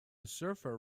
surfer